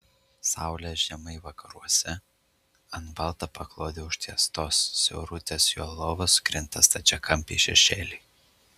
saulė žemai vakaruose ant balta paklode užtiestos siaurutės jo lovos krinta stačiakampiai šešėliai